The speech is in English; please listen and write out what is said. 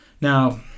Now